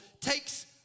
takes